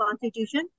constitution